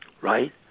Right